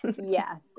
yes